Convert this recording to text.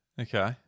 Okay